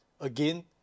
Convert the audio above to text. again